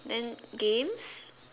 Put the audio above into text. then games